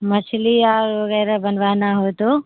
مچھلی آ وغیرہ بنوانا ہو تو